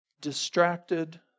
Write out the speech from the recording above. distracted